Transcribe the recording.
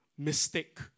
Mistake